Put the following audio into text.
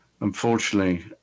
Unfortunately